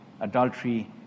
adultery